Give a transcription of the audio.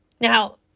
Now